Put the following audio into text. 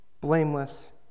blameless